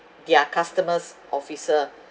their customers officer